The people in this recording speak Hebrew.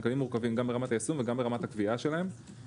הם כללים מורכבים גם ברמת היישום וגם ברמת הקביעה שלהם.